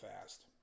fast